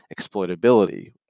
exploitability